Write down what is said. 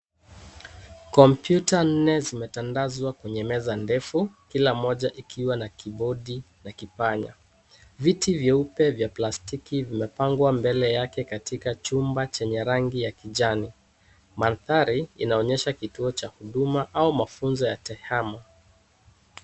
Kompyuta nne zimetandwa kwenye meza ndefu kila moja ikiwa na kimbodi na kipanya. Viti vyeupe vya plastiki vimepangwa mbele yake katika chumba chenye rangi ya kijani. Mandhari inaonyesha kituo cha huduma au mafunzo ya tehamo.